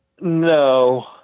no